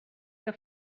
que